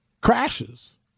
crashes